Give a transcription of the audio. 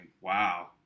Wow